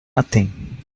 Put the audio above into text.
nothing